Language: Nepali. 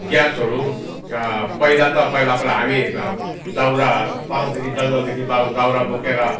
ग्यासहरू पहिला त पहिला पहिला हामी दाउरा फारसदेखि जङ्गलदेखि दाउरा बोकेर